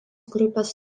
grupės